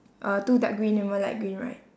uh two dark green and one light green right